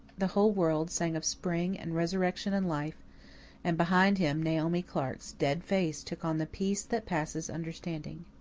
the whole world sang of spring and resurrection and life and behind him naomi clark's dead face took on the peace that passes understanding.